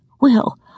Well